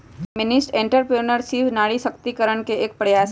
feminist entrepreneurship नारी सशक्तिकरण के एक प्रयास हई